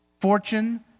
fortune